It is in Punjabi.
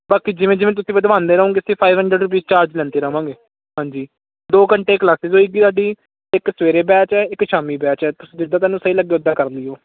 ਬਾਕੀ ਜਿਵੇਂ ਜਿਵੇਂ ਤੁਸੀਂ ਵਧਵਾਉਂਦੇ ਰਹੋਗੇ ਅਸੀਂ ਫਾਈਵ ਹੰਡਰਡ ਰੁਪੀਸ ਚਾਰਜ ਲੈਂਦੇ ਰਵਾਂਗੇ ਹਾਂਜੀ ਦੋ ਘੰਟੇ ਕਲਾਸਿਸ ਹੋਏਗੀ ਸਾਡੀ ਇੱਕ ਸਵੇਰੇ ਬੈਚ ਹੈ ਇੱਕ ਸ਼ਾਮੀ ਬੈਚ ਹੈ ਜਿੱਦਾਂ ਤੁਹਾਨੂੰ ਸਹੀ ਲੱਗੇ ਉਦਾਂ ਕਰ ਲੀਓ